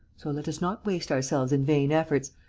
so let us not waste ourselves in vain efforts,